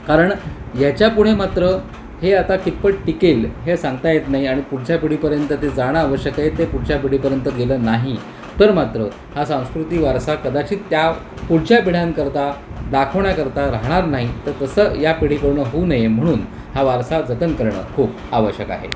कारण याच्यापुढे मात्र हे आता कितपत टिकेल हे सांगता येत नाही आणि पुढच्या पिढीपर्यंत ते जाणं आवश्यक आहे ते पुढच्या पिढीपर्यंत गेलं नाही तर मात्र हा सांस्कृतिक वारसा कदाचित त्या पुढच्या पिढीकरिता दाखवण्याकरिता राहणार नाही तर तसं या पिढी कडन होऊ नये म्हणून हा वारसा जतन करणं खूप आवश्यक आहे